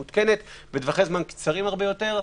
שמותקנת בטווחי זמן קצרים בטווחי זמן קצרים הרבה יותר.